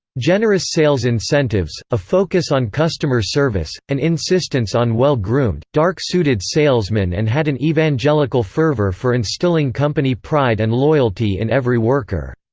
generous sales incentives, a focus on customer service, an insistence on well-groomed, dark-suited salesmen and had an evangelical fervor for instilling company pride and loyalty in every worker.